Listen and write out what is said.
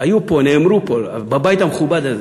היו פה, נאמרו פה, בבית המכובד הזה,